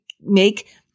make